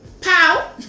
pow